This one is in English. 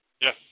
Yes